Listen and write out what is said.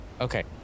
Okay